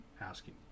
asking